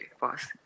boss